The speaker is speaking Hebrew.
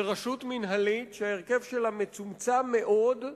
לרשות מינהלית שההרכב שלה מצומצם מאוד,